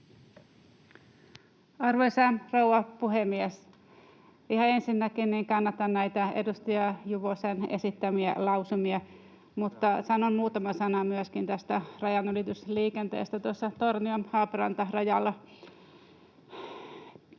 Arvoisa rouva puhemies! Ihan ensinnä kannatan näitä edustaja Juvosen esittämiä lausumia. Mutta sanon muutaman sanan myöskin tästä rajanylitysliikenteestä Tornio—Haaparanta-rajalla.